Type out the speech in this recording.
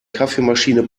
kaffeemaschine